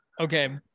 Okay